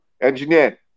engineer